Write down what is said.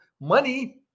money